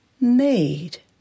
made